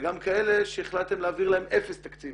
וגם כאלה שהחלטתם להעביר להם אפס תקציב.